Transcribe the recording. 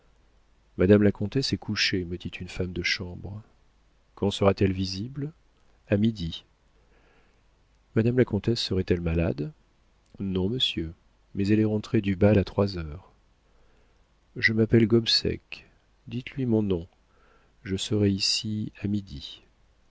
madame la comtesse est couchée me dit une femme de chambre quand sera-t-elle visible a midi madame la comtesse serait-elle malade non monsieur mais elle est rentrée du bal à trois heures je m'appelle gobseck dites-lui mon nom je serai ici à midi